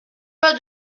pas